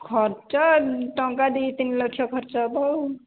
ଖର୍ଚ୍ଚ ଟଙ୍କା ଦୁଇ ତିନି ଲକ୍ଷ୍ୟ ଖର୍ଚ୍ଚ ହେବ ଆଉ